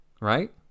right